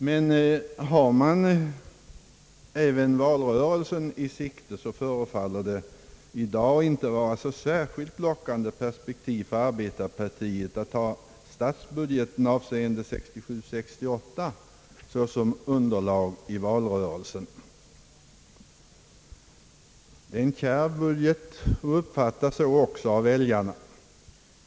Har man emellertid även valrörelsen i sikte, förefaller det i dag inte vara så särskilt lockande perspektiv för arbetarpartiet att ha statsbudgeten avseende budgetåret 1967/68 såsom underlag i valrörelsen. Det är en kärv budget, och den uppfattas så också av väljarna.